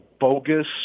bogus